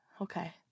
Okay